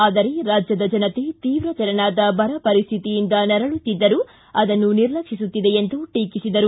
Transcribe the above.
ಆದರೆ ರಾಜ್ಯದ ಜನತೆ ತೀವ್ರತೆರನಾದ ಬರ ಪರಿಶ್ಥಿತಿಯಿಂದ ನರಳುತ್ತಿದ್ದರೂ ಅದನ್ನು ನಿರ್ಲಕ್ಷಿಸುತ್ತಿದೆ ಎಂದು ಟೀಕಿಸಿದರು